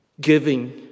giving